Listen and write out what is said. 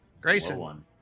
Grayson